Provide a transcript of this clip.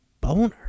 boner